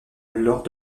lors